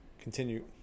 Continue